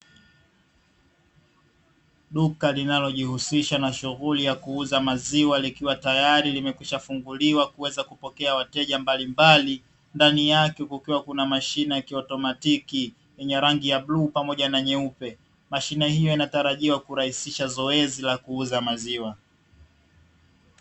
Duka linalojihusisha na shughuli ya kuuza maziwa, likiwa tayari limekwisha funguliwa kuweza kupokea wateja mbalimbali. Ndani yake kukiwa kuna mashine ya kiautomatiki, yenye rangi ya bluu pamoja na nyeupe. Mashine hii inatarajiwa kurahisisha zoezi la kuuza maziwa.